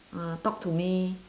uh talk to me